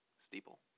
Steeple